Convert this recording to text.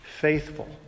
faithful